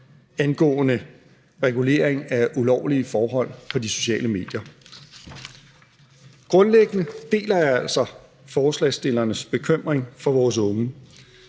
angående regulering af ulovlige forhold på de sociale medier. Grundlæggende deler jeg altså forslagsstillernes bekymring for vores unge.